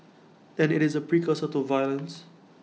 then IT is A precursor to violence